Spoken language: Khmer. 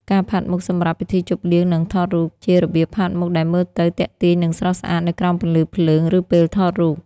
ការផាត់មុខសម្រាប់ពិធីជប់លៀង និងថតរូប ជារបៀបផាត់មុខដែលមើលទៅទាក់ទាញ និងស្រស់ស្អាតនៅក្រោមពន្លឺភ្លើង ឬពេលថតរូប។